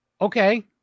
Okay